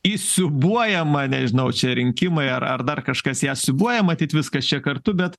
įsiūbuojama nežinau čia rinkimai ar ar dar kažkas ją siūbuoja matyt viskas čia kartu bet